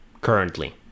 currently